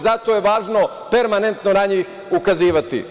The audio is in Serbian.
Zato je važno permanentno na njih ukazivati.